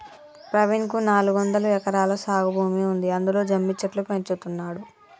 ప్రవీణ్ కు నాలుగొందలు ఎకరాల సాగు భూమి ఉంది అందులో జమ్మి చెట్లు పెంచుతున్నాడు